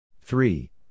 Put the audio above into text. three